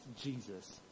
Jesus